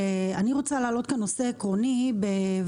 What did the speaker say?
אני רוצה להעלות כאן נושא עקרוני בוועדה